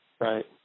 right